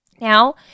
Now